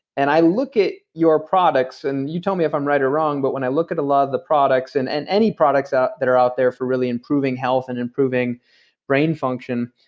and i look at your products, and you tell me if i'm right or wrong, but when i look at a lot of the products, and and any products that are out there for really improving health, and improving brain function,